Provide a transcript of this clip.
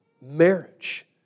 marriage